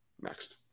Next